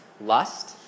Lust